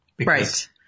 Right